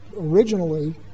Originally